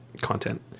content